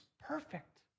perfect